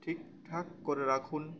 ঠিক ঠাক করে রাখুন